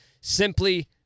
Simply